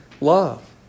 love